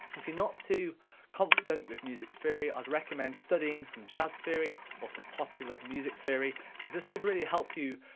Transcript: if you're not too confident with music theory, i'd recommend studying some jazz theory or some popular music theory cause this could really help you,